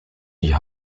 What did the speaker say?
die